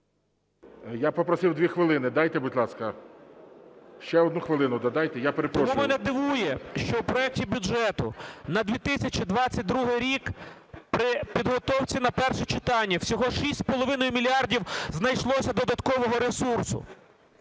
Я попросив 2 хвилини, дайте, будь ласка. Ще 1 хвилину додайте. Я перепрошую. 13:32:57 КРУЛЬКО І.І. Тому мене дивує, що в проекті бюджету на 2022 рік при підготовці на перше читання всього 6,5 мільярда знайшлося додаткового ресурсу.